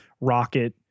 Rocket